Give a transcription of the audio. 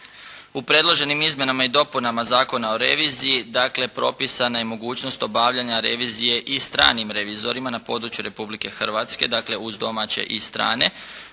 U predloženim izmjenama i dopunama Zakona o reviziji, dakle propisana je mogućnost obavljanja revizije i stranim revizorima na područje Republike Hrvatske, dakle uz domaće i strane